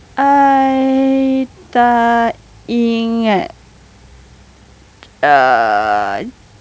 I tak ingat err